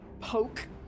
poke